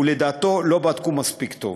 ולדעתו לא בדקו מספיק טוב.